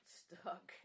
stuck